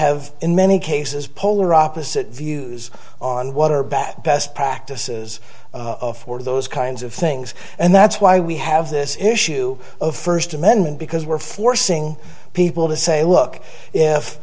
have in many cases polar opposite views on water back best practices for those kinds of things and that's why we have this issue of first amendment because we're forcing people to say look if